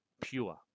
pure